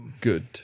good